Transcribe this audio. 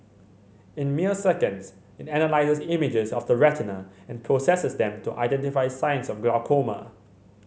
in mere seconds it analyses images of the retina and processes them to identify signs of glaucoma